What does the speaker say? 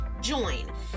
Join